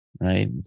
right